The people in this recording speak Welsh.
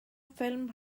ffilm